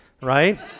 right